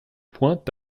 point